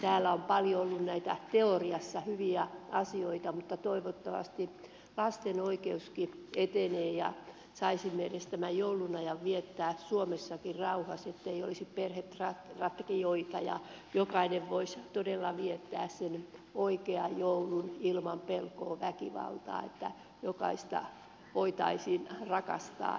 täällä on paljon ollut näitä teoriassa hyviä asioita mutta toivottavasti lasten oikeudetkin etenevät ja saisimme edes tämän joulunajan viettää suomessakin rauhassa ettei olisi perhetragedioita ja jokainen voisi todella viettää sen oikean joulun ilman pelkoa väkivallasta niin että jokaista voitaisiin rakastaa